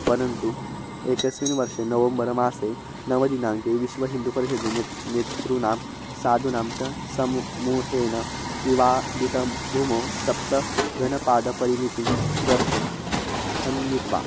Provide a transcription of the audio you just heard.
परन्तु एकस्मिन् वर्षे नवम्बरमासे नवदिनाङ्के विश्वहिन्दुपरिषदि ने नेतॄणां साधूनाम् च समु मूहेन विवादितभूमौ सप्तगणपादपरिमितं गर्तं खनित्वा